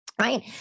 Right